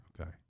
Okay